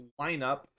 lineup